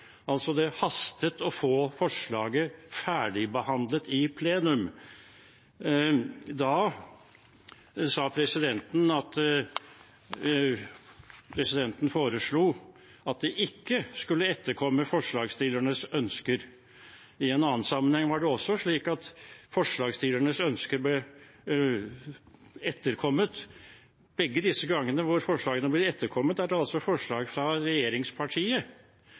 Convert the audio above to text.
altså hastet det å få forslaget ferdigbehandlet i plenum. Da foreslo presidenten at man ikke skulle etterkomme forslagsstillernes ønsker. I en annen sammenheng var det slik at forslagsstillernes ønske ble etterkommet. Begge ganger hvor forslagene har blitt etterkommet, har det vært forslag fra